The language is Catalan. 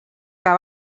que